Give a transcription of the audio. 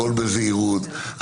הכול בזהירות.